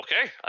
Okay